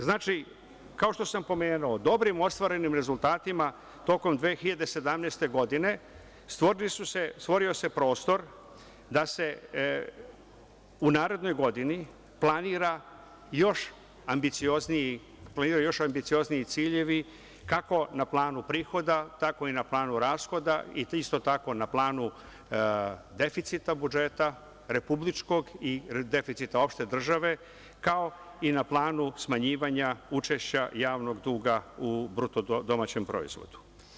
Znači, kao što sam pomenuo, dobrim ostvarenim rezultatima tokom 2017. godine stvorio se prostor da se u narednoj godini planiraju još ambiciozniji ciljevi kako na planu prihoda, tako i na planu rashoda i isto tako na planu deficita budžeta republičkog i deficita uopšte države, kao i na planu smanjivanja učešća javnog duga u BDP.